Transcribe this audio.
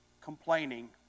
Complaining